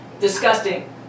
Disgusting